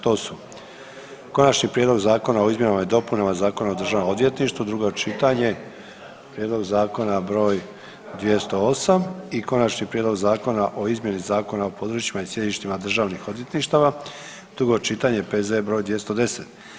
To su - Konačni prijedlog zakona o izmjenama i dopunama Zakona o Državnom odvjetništvu, drugo čitanje, P.Z. br. 208. - Konačni prijedlog zakona o izmjeni Zakona o područjima i sjedištima državnih odvjetništava, drugo čitanje, P.Z. br. 210.